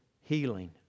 healing